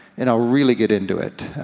and i'll really get into it.